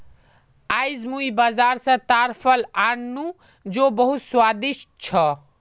आईज मुई बाजार स ताड़ फल आन नु जो बहुत स्वादिष्ट छ